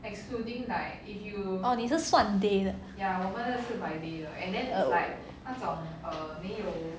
oh 你是算 day ah oh